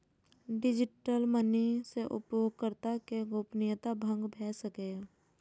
digital money सं उपयोगकर्ता के गोपनीयता भंग भए सकैए